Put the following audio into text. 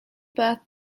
birth